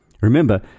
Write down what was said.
Remember